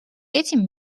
этим